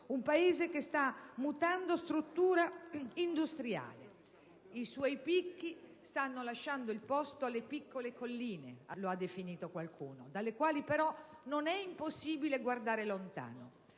Un Paese che sta mutando struttura industriale: i suoi picchi stanno lasciando il posto alle piccole colline - come ha detto qualcuno - dalle quali, però, non è impossibile guardare lontano.